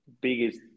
biggest